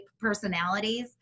personalities